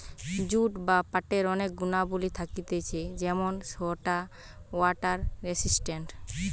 jute বা পাটের অনেক গুণাবলী থাকতিছে যেমন সেটা ওয়াটার রেসিস্টেন্ট